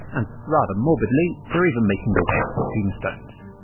and rather morbidly, they're even making their way onto tombstones.